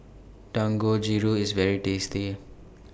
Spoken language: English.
Dangojiru IS very tasty